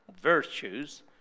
virtues